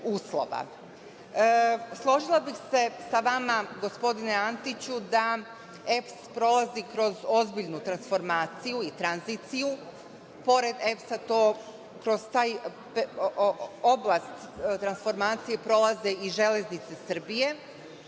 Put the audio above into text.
uslova. Složila bih se sa vama, gospodine Antiću, da EPS prolazi kroz ozbiljnu transformaciju i tranziciju, pored EPS-a kroz tu oblast transformacije prolaze i Železnice Srbije.